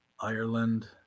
Ireland